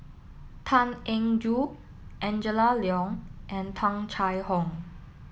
Tan Eng Joo Angela Liong and Tung Chye Hong